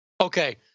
Okay